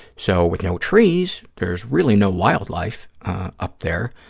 so, with no trees, there's really no wildlife up there,